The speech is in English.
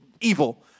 evil